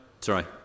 sorry